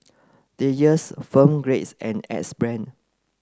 Dreyers Phone Grades and Axe Brand